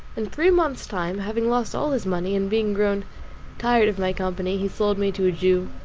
in three months time, having lost all his money, and being grown tired of my company, he sold me to a jew,